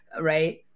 Right